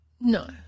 No